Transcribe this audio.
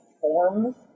forms